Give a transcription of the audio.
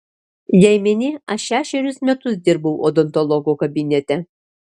jei meni aš šešerius metus dirbau odontologo kabinete